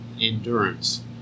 endurance